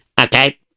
Okay